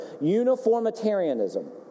uniformitarianism